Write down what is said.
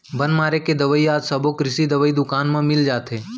बन मारे के दवई आज सबो कृषि दवई दुकान म मिल जाथे